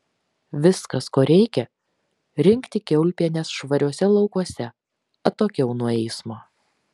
viskas ko reikia rinkti kiaulpienes švariuose laukuose atokiau nuo eismo